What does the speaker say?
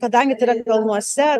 kadangi tai yra kalnuose